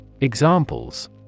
Examples